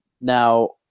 Now